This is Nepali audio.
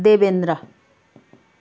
देवेन्द्र